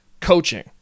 coaching